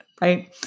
right